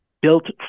built